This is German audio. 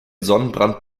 sonnenbrand